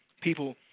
people